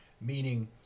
Meaning